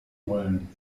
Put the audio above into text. rollen